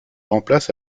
remplace